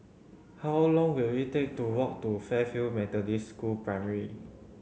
how long will it take to walk to Fairfield Methodist School Primary